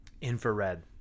infrared